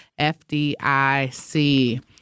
FDIC